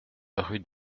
rue